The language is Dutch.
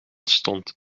stond